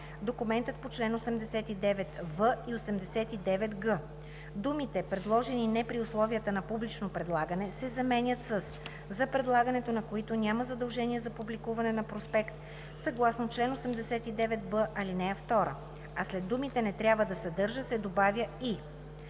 „документът по чл. 89в и 89г“, думите „предложени не при условията на публично предлагане“ се заменят със „за предлагането на които няма задължение за публикуване на проспект съгласно чл. 89б, ал. 2“, а след думите „трябва да съдържа“ се добавя